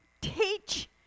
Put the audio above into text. teach